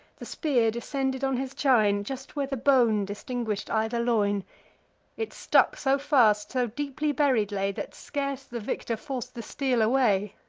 the spear descended on his chine, just where the bone distinguished either loin it stuck so fast, so deeply buried lay, that scarce the victor forc'd the steel away.